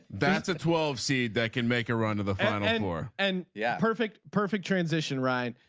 that's a twelve seed that can make a run to the final four. and yeah. perfect perfect transition right.